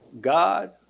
God